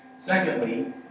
Secondly